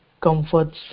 comforts